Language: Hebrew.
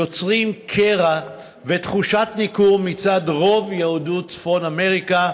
יוצרים קרע ותחושת ניכור מצד רוב יהדות צפון אמריקה,